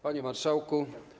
Panie Marszałku!